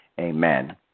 Amen